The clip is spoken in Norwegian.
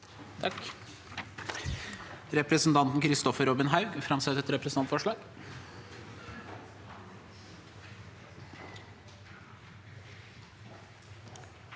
Takk